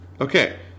okay